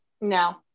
No